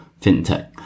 fintech